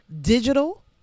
digital